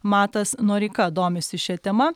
matas noreika domisi šia tema